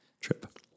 trip